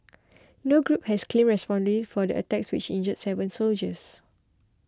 no group has claimed for the attacks which injured seven soldiers